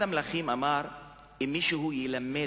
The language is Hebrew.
היא שייכת למשרד